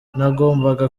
nagombaga